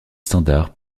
standards